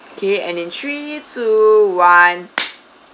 okay and in three two one